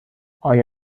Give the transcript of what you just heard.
آیا